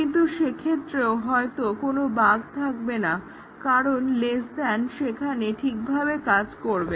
কিন্তু সেক্ষেত্রেও হয়তো কোনো বাগ্ থাকবে না কারণ লেস দ্যান সেখানে ঠিকভাবে কাজ করবে